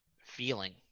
feeling